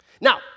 Now